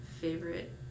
favorite